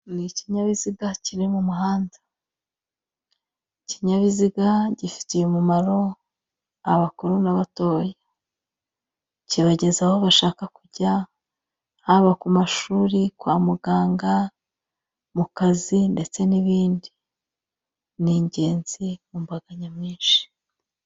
Ikinyabiziga kiri mu muhanda. Ikinyabiziga gifitiye umumaro abakuru n'abatoya. Kibageza aho bashaka kujya, haba ku mashuri, kwa muganga, mu kazi ndetse n'ibindi. Ni ingenzi mu mbaga nyamwinshi.